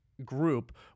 group